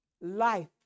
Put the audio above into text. life